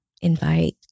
invite